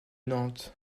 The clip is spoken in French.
nantes